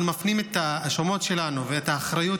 אנחנו מפנים את ההאשמות שלנו ואת האחריות,